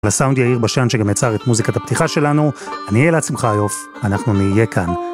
תזכורת: אתם אוהדים את מלכת אירופה 🏆